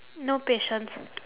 no patience